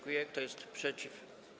Kto jest przeciw?